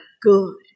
good